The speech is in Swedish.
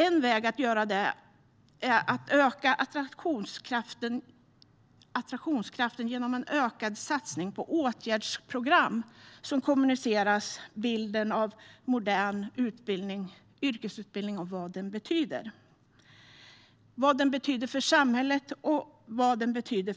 En väg att göra detta är att öka attraktionskraften genom en mer omfattande satsning på åtgärdsprogram som kommunicerar bilden av vad modern yrkesutbildning betyder för samhället och